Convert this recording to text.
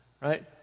Right